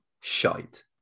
shite